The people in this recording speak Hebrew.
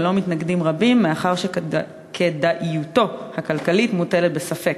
ולו מתנגדים רבים מאחר שכדאיותו הכלכלית מוטלת בספק.